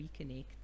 reconnect